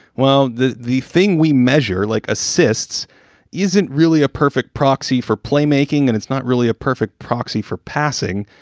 well, the the thing we measure like assists isn't really a perfect proxy for playmaking and it's not really a perfect proxy for passing.